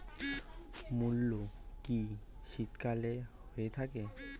মূলো কি শীতকালে হয়ে থাকে?